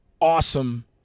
awesome